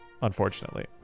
Unfortunately